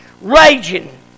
raging